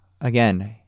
again